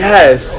Yes